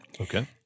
Okay